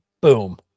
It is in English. boom